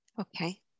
Okay